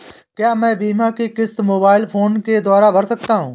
क्या मैं बीमा की किश्त मोबाइल फोन के द्वारा भर सकता हूं?